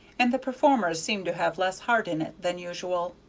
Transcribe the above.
and the performers seemed to have less heart in it than usual.